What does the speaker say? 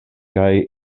kaj